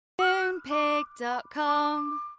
Moonpig.com